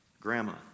grandma